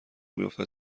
بیفتد